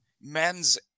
men's